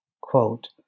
Quote